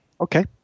Okay